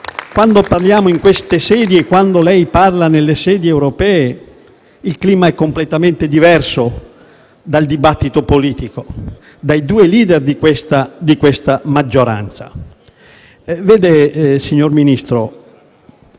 quando parliamo in queste sedi e quando lei parla nelle sedi europee, è che il clima è completamente diverso dal dibattito politico e dai due *leader* di questa maggioranza. Vede, signor Ministro,